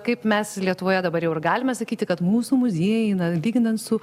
kaip mes lietuvoje dabar jau ir galime sakyti kad mūsų muziejai na lyginant su